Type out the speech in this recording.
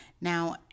Now